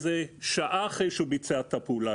שעה אחרי שהוא ביצע את הפעולה?